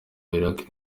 iraq